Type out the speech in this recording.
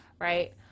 right